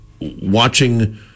Watching